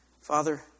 Father